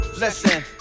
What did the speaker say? Listen